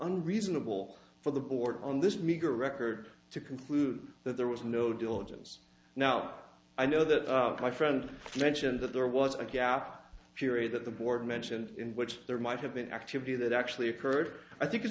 unreasonable for the board on this meager record to conclude that there was no diligence now i know that my friend mentioned that there was a gap period that the board mentioned in which there might have been activity that actually occurred i think it's